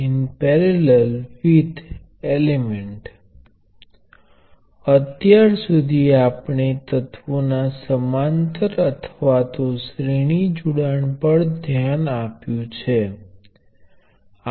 હવે જ્યારે હું શોર્ટ સર્કિટ કહું છું ત્યારે મારે કહેવું પડશે કે તે આ બંને n 1 અને n 2